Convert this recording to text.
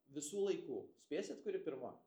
visų laikų spėsit kuri pirma